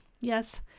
yes